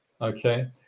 okay